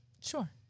Sure